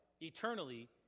eternally